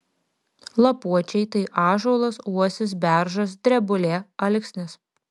lapuočiai tai ąžuolas uosis beržas drebulė alksnis